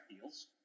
deals